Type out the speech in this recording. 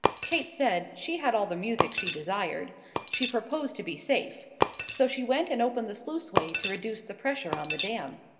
kate said she had all the music she desired she proposed to be safe so she went and opened the sluiceway to reduce the pressure on the dam.